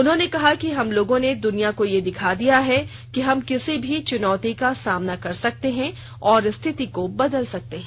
उन्होंने कहा कि हम लोगों ने दुनिया को ये दिखा दिया है कि हम किसी भी चुनौती का सामना कर सकते हैं और स्थिति को बदल सकते हैं